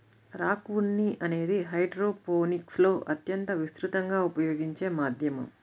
rock ఉన్ని అనేది హైడ్రోపోనిక్స్లో అత్యంత విస్తృతంగా ఉపయోగించే మాధ్యమం